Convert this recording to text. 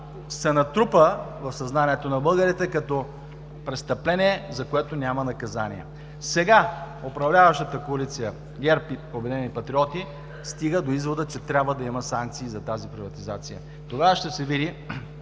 се натрупа в съзнанието на българите, като престъпление, за което няма наказание. Сега управляващата коалиция – ГЕРБ и „Обединени патриоти“, стигат до извода, че трябва да има санкции за тази приватизация. Тогава ще се види